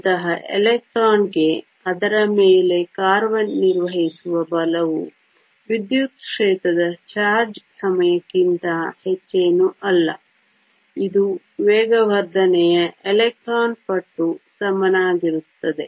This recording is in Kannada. ಅಂತಹ ಎಲೆಕ್ಟ್ರಾನ್ಗೆ ಅದರ ಮೇಲೆ ಕಾರ್ಯನಿರ್ವಹಿಸುವ ಬಲವು ವಿದ್ಯುತ್ ಕ್ಷೇತ್ರದ ಚಾರ್ಜ್ ಸಮಯಕ್ಕಿಂತ ಹೆಚ್ಚೇನೂ ಅಲ್ಲ ಇದು ವೇಗವರ್ಧನೆಯ ಎಲೆಕ್ಟ್ರಾನ್ ಪಟ್ಟು ಸಮನಾಗಿರುತ್ತದೆ